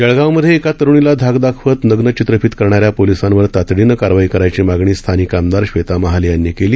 जळगावमधे एका तरुणीला धाक दाखवत नग्न चित्रफीत करणाऱ्या पोलिसांवर तातडीनं कारवाई करायची मागणी स्थानिक आमदार श्वेता महाले यांनी केली